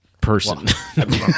person